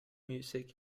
music